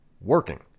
working